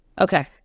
Okay